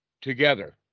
together